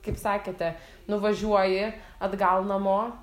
kaip sakėte nuvažiuoji atgal namo